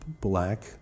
black